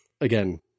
Again